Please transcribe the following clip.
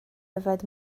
yfed